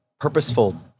purposeful